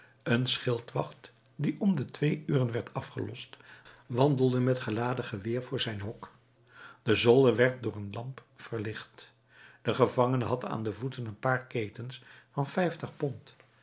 een schildwacht die om de twee uren werd afgelost wandelde met geladen geweer voor zijn hok de zolder werd door een lamp verlicht de gevangene had aan de voeten een paar ketens van vijftig pond